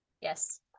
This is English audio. yes